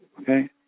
Okay